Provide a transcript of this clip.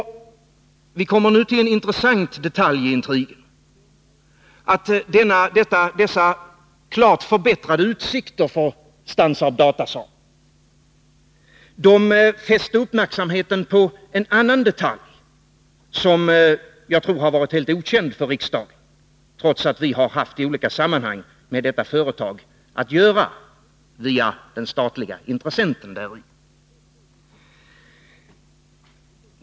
Vi kommer nu till en intressant detalj i intrigen. Dessa klart förbättrade utsikter för Stansaab-Datasaab fäste uppmärksamheten på en annan detalj, som jag tror har varit helt okänd för riksdagen, trots att vi i olika sammanhang har haft med detta företag att göra via den statliga intressenten däri.